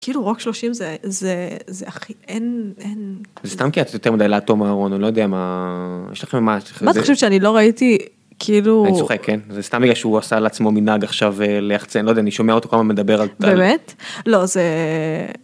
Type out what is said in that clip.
כאילו רק 30 זה זה, זה הכי אין אין, סתם כי את יותר מדי לטומארון אני לא יודע מה, מה אתה חושב שאני לא ראיתי. כאילו זה סתם שהוא עשה לעצמו מנהג עכשיו ללכת אני שומע אותו עוד פעם מדבר. באמת? לא זה.